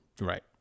right